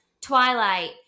Twilight